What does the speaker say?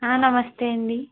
నమస్తే అండి